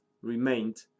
remained